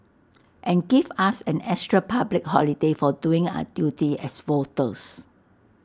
and give us an extra public holiday for doing our duty as voters